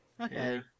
Okay